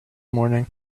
morning